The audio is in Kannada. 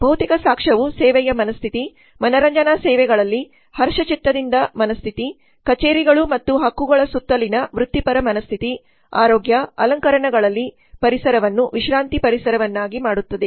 ಭೌತಿಕ ಸಾಕ್ಷ್ಯವು ಸೇವೆಯ ಮನಸ್ಥಿತಿ ಮನರಂಜನಾ ಸೇವೆಗಳಲ್ಲಿ ಹರ್ಷಚಿತ್ತದಿಂದ ಮನಸ್ಥಿತಿ ಕಚೇರಿಗಳು ಮತ್ತು ಹಕ್ಕುಗಳ ಸುತ್ತಲಿನ ವೃತ್ತಿಪರ ಮನಸ್ಥಿತಿ ಆರೋಗ್ಯ ಅಲಂಕರಣಗಳಲ್ಲಿ ಪರಿಸರವನ್ನು ವಿಶ್ರಾಂತಿ ಪರಿಸರವನ್ನಾಗಿ ಮಾಡುತ್ತದೆ